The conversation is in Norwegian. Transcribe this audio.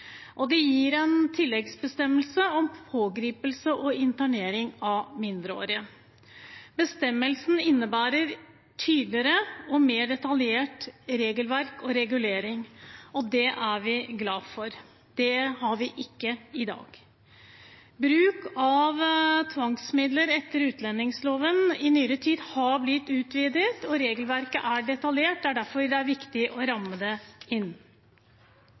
Det gis en tilleggsbestemmelse om pågripelse og internering av mindreårige. Bestemmelsen innebærer tydeligere og mer detaljert regelverk og regulering. Det er vi glad for; det har vi ikke i dag. Bruken av tvangsmidler etter utlendingsloven har i nyere tid blitt utvidet, og regelverket er detaljert. Det er derfor det er viktig å ramme det inn.